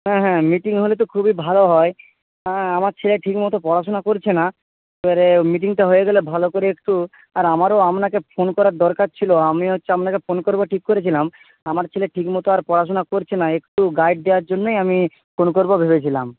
হ্যাঁ হ্যাঁ মিটিং হলে তো খুবই ভালো হয় হ্যাঁ আমার ছেলে ঠিকমতো পড়াশুনা করছে না এবারে মিটিংটা হয়ে গেলে ভালো করে একটু আর আমারও আপনাকে ফোন করার দরকার ছিল আমিও হচ্ছে আপনাকে ফোন করব ঠিক করেছিলাম আমার ছেলে ঠিকমতো আর পড়াশুনা করছে না একটু গাইড দেওয়ার জন্যই আমি ফোন করব ভেবেছিলাম